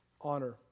honor